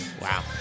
Wow